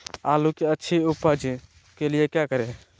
आलू की अच्छी उपज के लिए क्या करें?